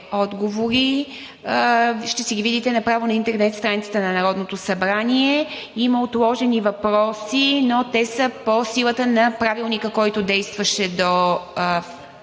отговори. Ще си ги видите направо на интернет страницата на Народното събрание. Има отложени въпроси, но те са по силата на Правилника, който действаше до